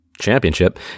championship